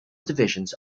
divisions